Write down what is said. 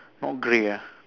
not grey ah